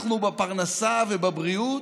אנחנו בפרנסה ובבריאות,